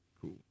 Cool